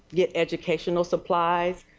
get educational supplies.